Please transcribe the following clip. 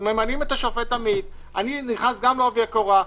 ממנים את השופט עמית, גם אני נכנס לעובי הקורה.